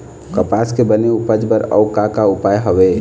कपास के बने उपज बर अउ का का उपाय हवे?